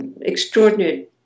extraordinary